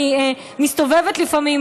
אני מסתובבת לפעמים,